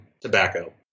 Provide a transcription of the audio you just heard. tobacco